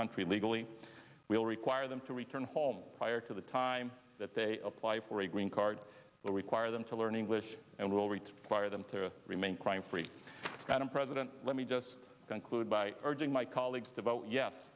country illegally will require them to return home prior to the time that they apply for a green card or require them to learn english and will require them to remain crime free than a president let me just conclude by urging my colleagues to vote yes